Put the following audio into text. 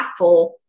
impactful